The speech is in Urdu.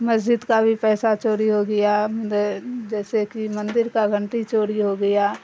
مسجد کا بھی پیسہ چوری ہو گیا جیسے کہ مندر کا گھنٹی چوری ہو گیا